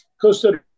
Costa